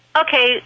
Okay